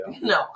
No